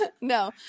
no